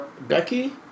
Becky